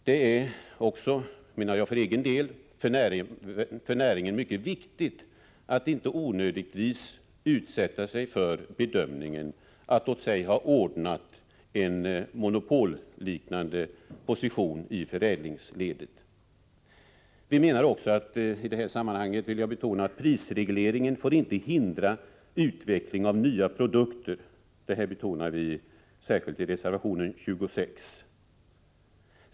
Det är också, menar jag, för näringen mycket viktigt att inte onödigtvis utsätta sig för bedömningen att åt sig ha ordnat en monopolliknande position i förädlingsledet. I det här sammanhanget vill jag betona att prisregleringen inte får hindra utvecklingen av nya produkter. Detta betonar vi särskilt i reservation 26.